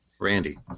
Randy